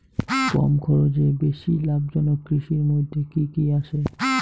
কম খরচে বেশি লাভজনক কৃষির মইধ্যে কি কি আসে?